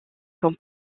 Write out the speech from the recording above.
comme